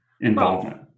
involvement